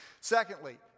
Secondly